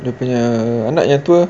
dia punya anak yang tua